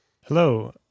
Hello